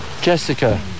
Jessica